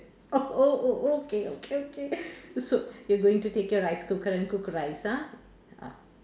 oh oh oh okay okay okay so you're going to take your rice cooker and cook rice ah